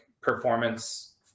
performance